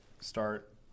start